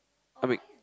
a big